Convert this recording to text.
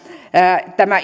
tämä